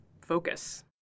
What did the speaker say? focus